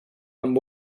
amb